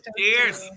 cheers